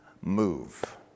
move